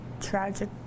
tragic